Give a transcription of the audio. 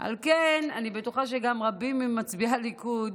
על כן, אני בטוחה שגם רבים ממצביעי הליכוד